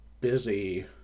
busy